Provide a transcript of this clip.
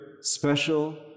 special